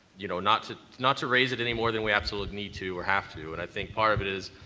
you know, not to not to raise it any more than we absolutely need to or have to, and i think part of it is,